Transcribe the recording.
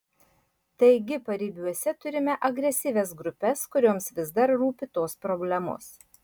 taigi paribiuose turime agresyvias grupes kurioms vis dar rūpi tos problemos